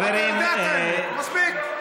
מספיק.